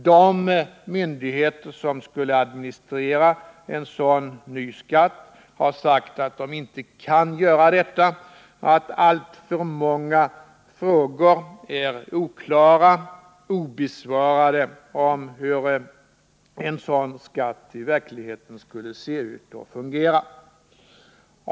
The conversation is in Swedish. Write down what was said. De myndigheter som skulle administrera en sådan ny skatt har sagt att de inte kan göra detta, att alltför många frågor är oklara och obesvarade om hur en sådan skatt i verkligheten skulle se ut och fungera.